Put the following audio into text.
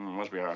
must be her.